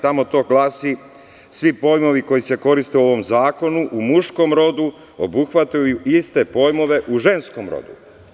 Tamo to glasi – svi pojmovi koji se koriste u ovom zakonu u muškom rodu obuhvataju iste pojmove u ženskom rodu.